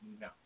No